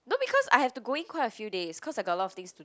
no because I have to go in quite a few days cause I got a lot things to